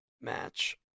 match